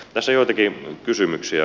tässä joitakin kysymyksiä